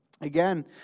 Again